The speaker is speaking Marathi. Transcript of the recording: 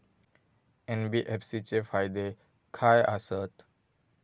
एन.बी.एफ.सी चे फायदे खाय आसत?